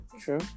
true